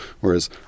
Whereas